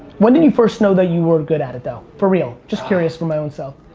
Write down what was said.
when did you first know that you were good at it though? for real, just curious for my own self.